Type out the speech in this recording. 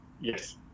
yes